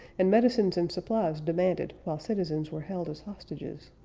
and medicines and supplies demanded while citizens were held as hostages.